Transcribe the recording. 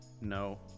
No